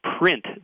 print